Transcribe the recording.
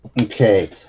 okay